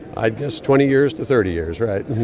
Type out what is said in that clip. i guess twenty years to thirty years, right.